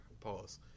Pause